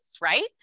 right